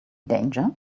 danger